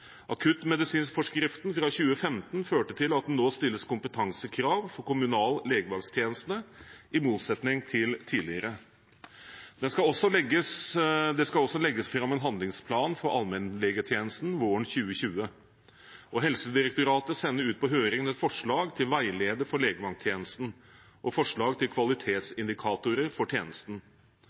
Akuttmedisinforskriften fra 2015 førte til at det nå stilles kompetansekrav for kommunal legevakttjeneste, i motsetning til tidligere. Det skal også legges fram en handlingsplan for allmennlegetjenesten våren 2020. Helsedirektoratet sender ut på høring forslag til veileder for legevakttjenesten og forslag til kvalitetsindikatorer for tjenesten.